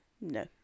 No